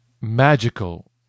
Magical